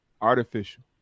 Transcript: artificial